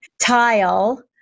tile